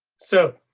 so.